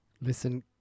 Listen